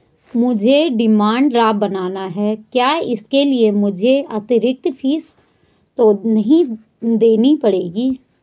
मुझे demand draft बनाना है क्या इसके लिए मुझे अतिरिक्त फीस तो नहीं देनी पड़ेगी?